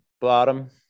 bottom